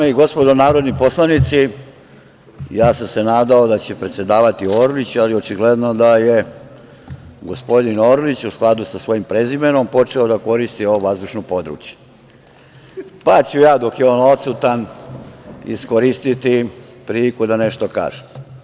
Dame i gospodo narodni poslanici, ja sam se nadao da će predsedavati Orlić, ali očigledno da je gospodin Orlić u skladu sa svojim prezimenom počeo da koristi ovo vazdušno područje, pa ću ja dok je on odsutan iskoristiti priliku da nešto kažem.